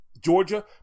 Georgia